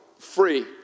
free